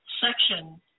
section